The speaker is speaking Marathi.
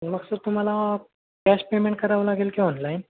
मग सर तुम्हाला कॅश पेमेंट करावं लागेल की ऑनलाईन